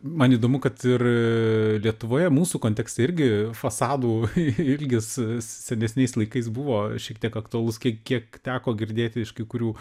man įdomu kad ir lietuvoje mūsų kontekste irgi fasadų ilgis senesniais laikais buvo šiek tiek aktualus kiek kiek teko girdėti iš kai kurių